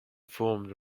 formed